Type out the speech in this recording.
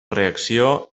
reacció